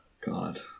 God